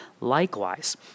Likewise